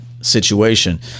situation